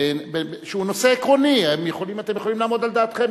בנושא שהוא נושא עקרוני אתם יכולים לעמוד על דעתכם.